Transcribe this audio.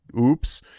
oops